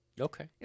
okay